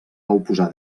oposar